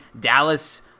Dallas –